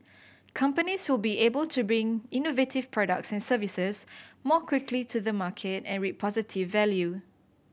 companies will be able to bring innovative products and services more quickly to the market and reap positive value